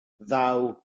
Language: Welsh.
ddaw